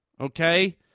okay